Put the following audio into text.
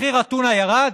מחיר הטונה ירד?